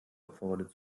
opferrolle